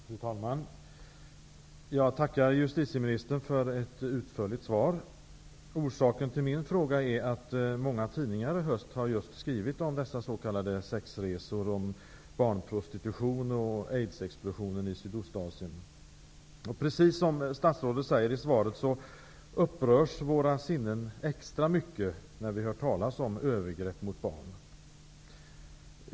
Fru talman! Jag tackar justitieministern för ett utförligt svar. Anledningen till min fråga är att många tidningar i höst har skrivit om dessa s.k. Som statsrådet säger i svaret upprörs våra sinnen extra mycket när vi hör talas om övergrepp mot barn.